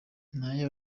nayo